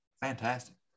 Fantastic